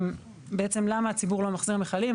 בעצם למה הציבור לא מחזיר מכלים?